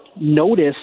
notice